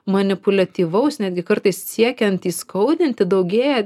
manipuliatyvaus netgi kartais siekiant įskaudinti daugėja